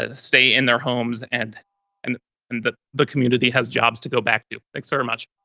ah stay in their homes and and and that the community has jobs to go back to. thanks very much.